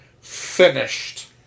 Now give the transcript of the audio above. finished